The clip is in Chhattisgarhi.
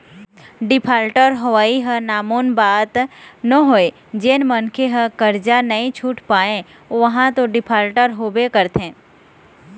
डिफाल्टर होवई ह नानमुन बात नोहय जेन मनखे ह करजा नइ छुट पाय ओहा तो डिफाल्टर होबे करथे